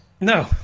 No